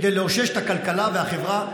כדי לאושש את הכלכלה והחברה,